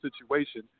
situation